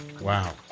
Wow